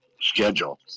schedule